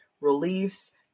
Reliefs